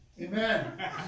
Amen